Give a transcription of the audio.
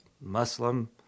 Muslim